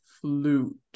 flute